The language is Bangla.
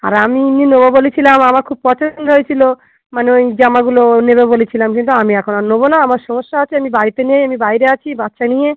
আর আমি এমনি নেবো বলেছিলাম আমার খুব পছন্দ হয়েছিলো মানে ওই জামাগুলো নেবে বলেছিলাম কিন্তু আমি এখন আর নেবো না আমার সমস্যা আছে আমি বাড়িতে নেই আমি বাইরে আছি বাচ্চা নিয়ে